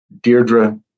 Deirdre